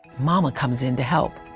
mama comes in to help.